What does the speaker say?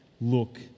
look